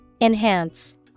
Enhance